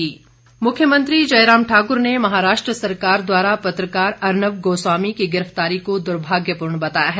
निंदा मुख्यमंत्री जयराम ठाकुर ने महाराष्ट्र सरकार द्वारा पत्रकार अर्नब गोस्वामी की गिरफ्तारी को दुर्भाग्यपूर्ण बताया है